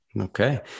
Okay